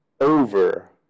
over